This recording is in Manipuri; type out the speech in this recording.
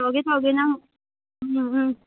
ꯇꯧꯔꯒꯦ ꯇꯧꯔꯒꯦ ꯅꯪ ꯎꯝ ꯎꯝ